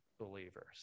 believers